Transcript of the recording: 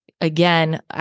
Again